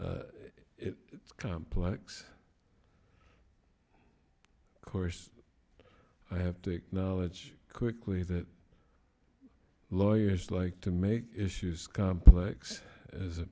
it complex course i have to acknowledge quickly that lawyers like to make issues complex as a